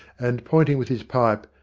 and, pointing with his pipe,